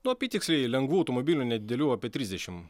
nuo apytiksliai lengvų automobilių nedidelių apie trisdešimt